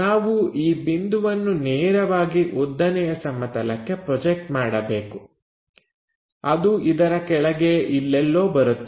ನಾವು ಈ ಬಿಂದುವನ್ನು ನೇರವಾಗಿ ಉದ್ದನೆಯ ಸಮತಲಕ್ಕೆ ಪ್ರೊಜೆಕ್ಟ್ ಮಾಡಬೇಕು ಅದು ಇದರ ಕೆಳಗೆ ಇಲ್ಲೆಲ್ಲೋ ಬರುತ್ತದೆ